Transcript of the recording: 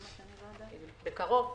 בקרוב,